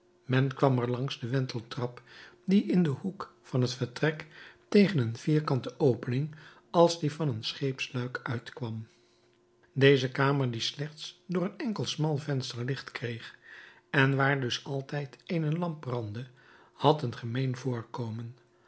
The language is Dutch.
men kwam er langs de wenteltrap die in den hoek van het vertrek tegen een vierkante opening als die van een scheepsluik uitkwam deze kamer die slechts door een enkel smal venster licht kreeg en waar dus altijd eene lamp brandde had een gemeen voorkomen